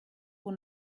pour